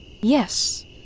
Yes